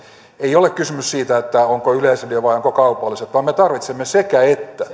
ei ole kysymys siitä onko yleisradio vai onko kaupalliset vaan me tarvitsemme sekä että